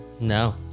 No